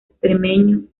extremeño